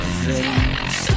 face